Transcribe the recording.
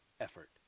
effort